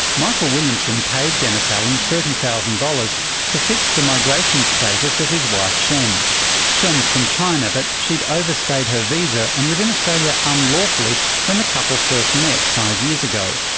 michael williamson paid dennis allan thirty thousand dollars to fix the migration status of his wife shen shen is from china, but she had overstayed her visa and was in australia unlawfully when the couple first met five years ago.